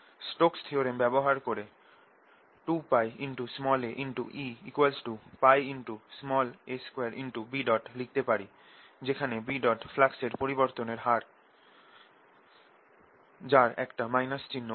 Stokes theorem ব্যবহার করে 2πaE πa2B লিখতে পারি যেখানে B হল ফ্লাক্সের পরিবর্তনের হার যার একটা - চিহ্ন আছে